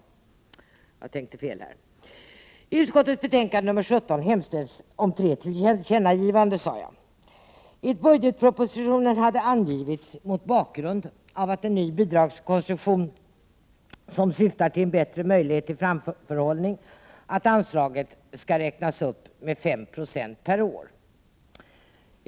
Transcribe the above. I utskottets betänkande nr 17 hemställs som sagt om tre tillkännagivanden. I budgetpropositionen hade angivits, mot bakgrund av att en ny bidragskonstruktion syftar till en bättre möjlighet till framförhållning, att anslaget skall räknas upp med 5 96 per år.